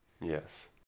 Yes